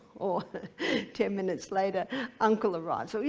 or ten minutes later uncle arrives. so yeah